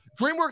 DreamWorks